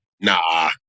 Nah